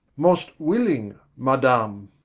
most willing madam